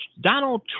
donald